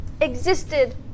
Existed